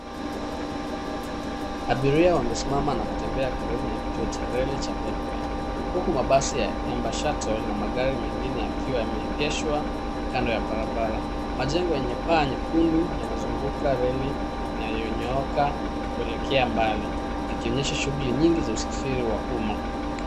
Abiria wamesimama na kutembea karibu na kituo cha reli cha Pipeline. Huku mabasi ya Emba shuttle na magari mengine yakiwa yameegeshwa kando ya barabara. Majengo yenye paa nyekundu yana zunguka reli na yonyooka kulekea mbali yakionyesha shughuli nyingi za usafiri wa umma.